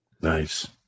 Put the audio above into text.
Nice